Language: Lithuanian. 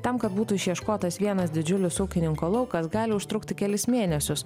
tam kad būtų išieškotas vienas didžiulis ūkininko laukas gali užtrukti kelis mėnesius